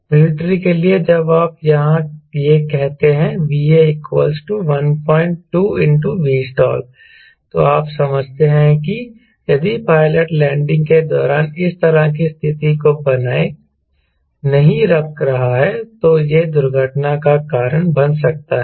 military के लिए जब आप यहां यह कहते हैं VA 12 Vstall तो आप समझते हैं कि यदि पायलट लैंडिंग के दौरान इस तरह की स्थिति को बनाए नहीं रख रहा है तो यह एक दुर्घटना का कारण बन सकता है